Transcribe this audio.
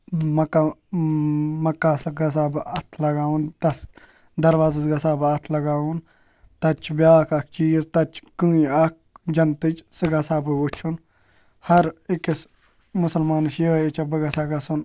مکَہ مکہ ہسا گَژھہٕ ہا بہٕ اَتھٕ لگاوُن تَتھ دروازس گَژھہٕ ہا بہٕ اَتھٕ لگاوُن تتہِ چھُ بیٛاکھ اَکھ چیٖز تتہِ چھُ کٔنۍ اَکھ جنتٕچ سۄ گژھہٕ ہا بہٕ وُچھُن ہر ٲکِس مسلمانَس چھِ یِہے اِچھا بہٕ گژھہٕ ہا گژھُن